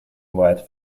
white